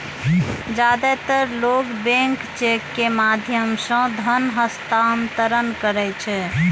जादेतर लोग bank cheque के माध्यम सं धन हस्तांतरण करै छै